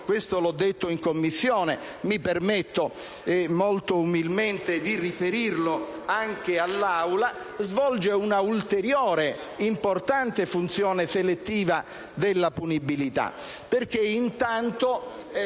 come ho detto in Commissione, ma mi permetto molto umilmente di riferirlo anche all'Assemblea, svolge una ulteriore, importante funzione selettiva della punibilità,